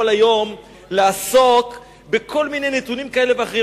היום לעסוק בכל מיני נתונים כאלה ואחרים.